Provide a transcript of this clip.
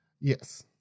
Yes